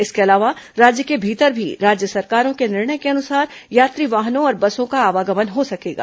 इसके अलावा राज्य के भीतर भी राज्य सरकारों के निर्णय के अनुसार यात्री वाहनों और बसों का आवागमन हो सकेगा